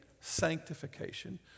sanctification